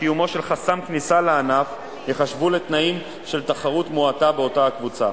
קיומו של חסם כניסה לענף ייחשבו לתנאים של תחרות מועטה באותה הקבוצה.